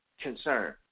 concern